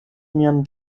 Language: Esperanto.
mian